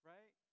Right